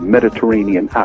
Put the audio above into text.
Mediterranean